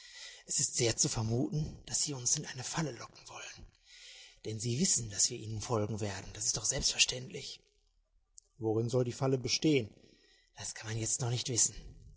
es ist sehr zu vermuten daß sie uns in eine falle locken wollen denn sie wissen daß wir ihnen folgen werden das ist doch selbstverständlich worin soll die falle bestehen das kann man jetzt noch nicht wissen